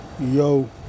Yo